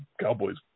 Cowboys